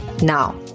Now